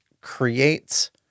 creates